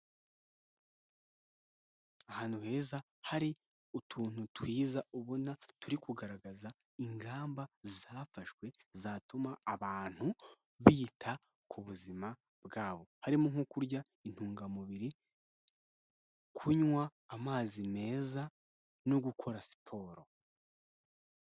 Ahantu heza hari utuntu twiza ubona turi kugaragaza ingamba zafashwe zatuma abantu bita ku buzima bwabo, harimo nko kurya intungamubiri, kunywa amazi meza no gukora siporo.